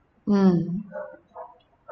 mm